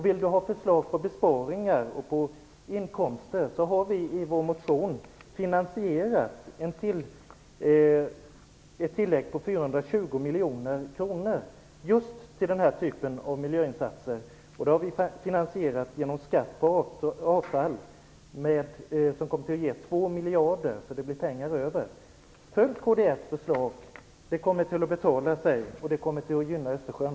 Vill ni ha förslag på besparingar och på inkomster har vi i vår motion finansierat ett tillägg på 420 miljoner kronor just till denna typ av miljöinsatser. Det har vi finansierat genom en skatt på avfall som kommer att ge 2 miljarder, så det blir pengar över. Följ kds förslag! Det kommer att betala sig. Det kommer att gynna Östersjön.